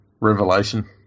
revelation